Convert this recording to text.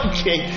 Okay